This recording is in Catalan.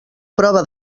prova